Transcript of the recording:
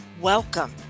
Welcome